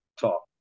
talk